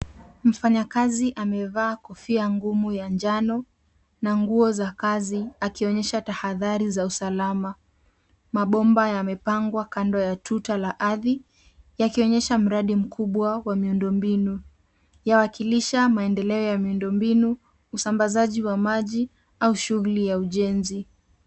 Mfanyakazi amevaa kofia ngumu ya njano na nguo za kazi, akionyesha tahadhari za usalama. Mabomba yamepangwa kando ya tuta la ardhi, yakionyesha mradi mkubwa wa miundo mbinu. Yawakilisha maendeleo ya miundo mbinu, usambazaji wa maji, au shughuli ya ujenzi.